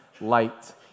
light